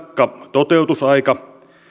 toteutusaika